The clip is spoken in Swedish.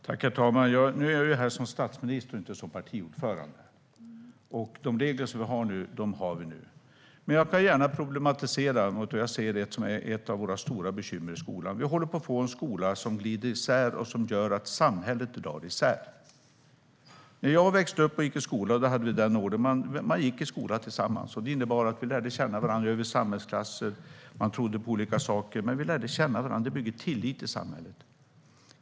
Herr talman! Nu är jag ju här som statsminister och inte som partiordförande, och de regler som vi har nu har vi nu. Men jag problematiserar gärna vad jag ser som ett av våra stora bekymmer i skolan: Vi håller på att få en skola som glider isär och gör att samhället dras isär. När jag växte upp och gick i skolan hade vi ordningen att vi gick i skolan tillsammans. Det innebar att vi lärde känna varandra över klassgränser. Vi trodde på olika saker, men vi lärde känna varandra. Det bygger tillit i samhället.